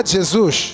Jesus